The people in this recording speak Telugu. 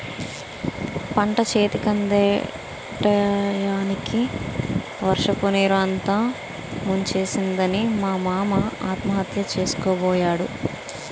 పంటచేతికందే టయానికి వర్షపునీరు అంతా ముంచేసిందని మా మామ ఆత్మహత్య సేసుకోబోయాడు